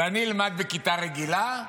ואני אלמד בכיתה רגילה?